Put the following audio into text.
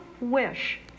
wish